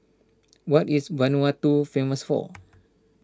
what is Vanuatu famous for